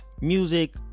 music